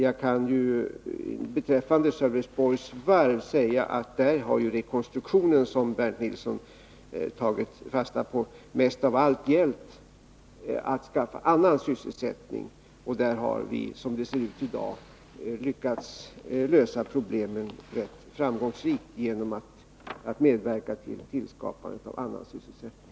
Jag kan beträffande Sölvesborgs varv säga att rekonstruktionen där, som Bernt Nilsson tagit fasta på, mest av allt gällt att skaffa annan sysselsättning. Och där har vi, som det ser ut i dag, lyckats lösa problemen rätt framgångsrikt genom att medverka till tillskapandet av annan sysselsättning.